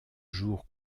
jour